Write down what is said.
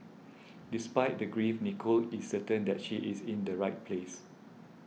despite the grief Nicole is certain that she is in the right place